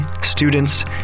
students